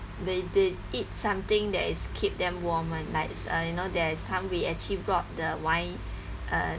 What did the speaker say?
they they eat something that is keep them warm one like uh you know there's some we actually brought the wine uh